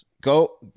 Go